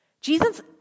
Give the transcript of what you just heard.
Jesus